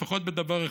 לפחות בדבר אחד: